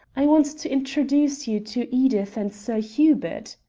i want to introduce you to edith and sir hubert.